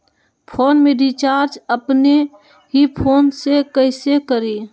Phone में recharge अपने ही फ़ोन से कईसे करी?